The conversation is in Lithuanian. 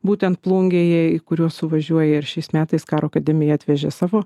būtent plungėje į kuriuos suvažiuoja ir šiais metais karo akademija atvežė savo